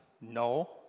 no